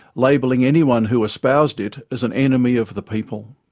labelling anyone who espoused it as an enemy of the people.